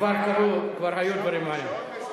כבר קרו, כבר היו דברים רעים.